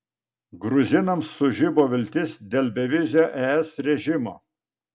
gruzinams sužibo viltis dėl bevizio es režimo